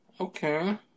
Okay